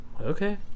Okay